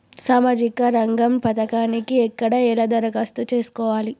సామాజిక రంగం పథకానికి ఎక్కడ ఎలా దరఖాస్తు చేసుకోవాలి?